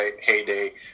heyday